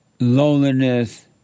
loneliness